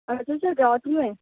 اچھا سر رات میں